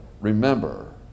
remember